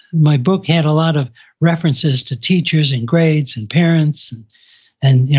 my book had a lot of references to teachers, and grades and parents and you know,